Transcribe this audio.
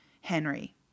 Henry